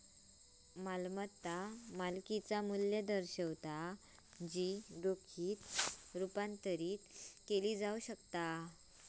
मालमत्ता मालकिचा मू्ल्य दर्शवता जी रोखीत रुपांतरित केली जाऊ शकता